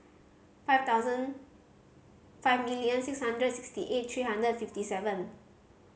five thousand five million six hundred sixty eight three hundred fifty seven